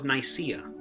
Nicaea